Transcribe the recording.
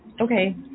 Okay